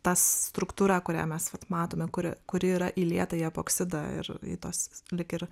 ta struktūra kurią mes vat matome kuria kuri yra įlieta į epoksidą ir į tuos lyg ir